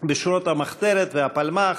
בשורות המחתרת והפלמ"ח,